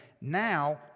Now